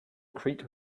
creaked